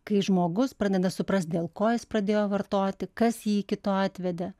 kai žmogus pradeda suprast dėl ko jis pradėjo vartoti kas jį iki to atvedė